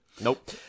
Nope